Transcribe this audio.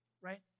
right